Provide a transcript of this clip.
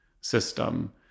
system